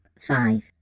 five